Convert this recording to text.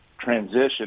transition